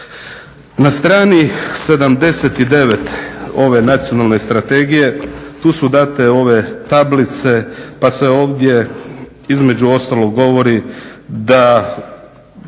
Na strani 79. ove Nacionalne strategije tu su date ove tablice pa se ovdje između ostalog govori da,